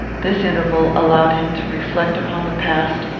this interval allowed him to reflect upon the past,